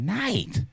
night